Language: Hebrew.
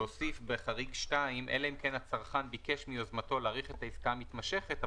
להוסיף בחריג 2: אלא אם כן הצרכן ביקש מיוזמתו להאריך את העסקה המתמשכת,